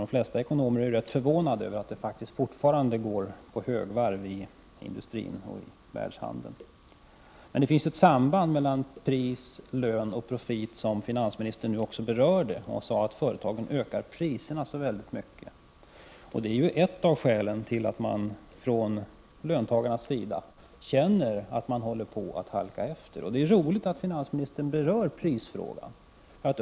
De flesta ekonomer är rätt förvånade över att det fortfarande går på högvarv inom industrin och världshandeln. Men det finns ett samband mellan pris, lön och profit, som finansministern nu också berörde. Han sade att företagen ökar priserna så mycket. Det är ju ett av skälen till att löntagarna känner att de håller på att halka efter. Det är roligt att finansministern berör prisfrågan.